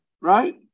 right